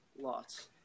Lots